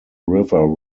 river